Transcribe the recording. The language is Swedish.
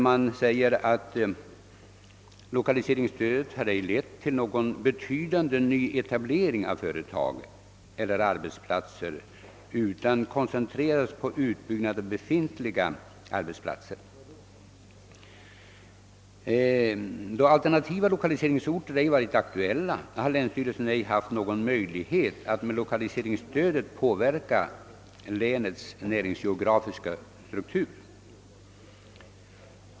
Man säger: Lokaliseringsstödet har ej lett till någon betydande nyetablering av företag eller arbetsplatser utan koncentrerats på utbyggnad av befintliga arbetsplatser. Då alternativa lokaliseringsorter ej varit aktuella har länsmyndigheterna ej haft några möjligheter att med lokaliseringsstödet påverka länets näringsgeografiska struktur.